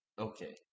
Okay